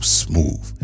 smooth